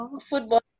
football